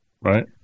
Right